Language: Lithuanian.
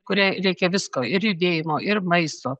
kuriai reikia visko ir judėjimo ir maisto